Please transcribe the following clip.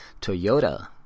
Toyota